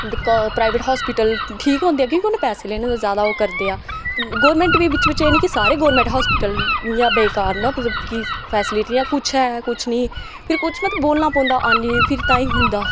मतलब private hospital ठीक होंदे कि के उ'नें पैसे लैने होंदे ज्यादा ओह् करदे ऐ गौरमेंट बी बिच्च बिच्च एह् निं कि सारे गौरमेंट हास्पिटल इ'यां बेकार न मतलब कि फैसीलिटी कुछ ऐ कुछ नेईं फिर कुछ मतलब बोलना पौंदा आनियै तां फिर होंदा